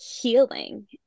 healing